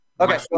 Okay